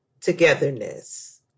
togetherness